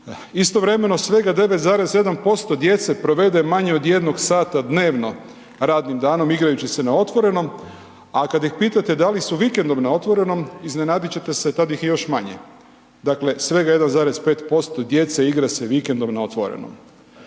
Istovremeno svega 9,7% djece provede manje od 1 sata dnevno radnim danom igrajući se na otvorenom, a kad ih pitate da li su vikendom na otvorenom, iznenadit ćete se tad ih je još manje, dakle svega 1,5% igra se vikendom na otvorenom.